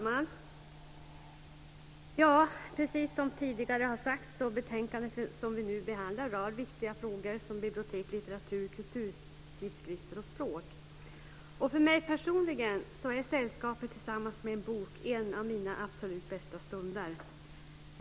Fru talman! Precis som tidigare har sagts rör det betänkande som vi nu behandlar viktiga frågor som bibliotek, litteratur, kulturtidskrifter och språk. För mig personligen är sällskapet med en bok en av mina absolut bästa stunder.